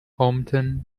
hometown